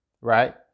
right